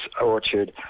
orchard